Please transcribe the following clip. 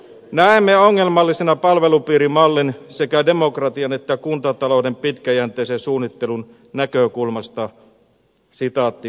näemme ongelmallisena palvelupiirimallin sekä demokratian että kuntatalouden pitkäjänteisen suunnittelun näkökulmasta